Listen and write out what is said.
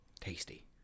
Tasty